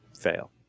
fail